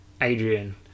Adrian